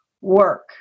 work